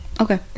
Okay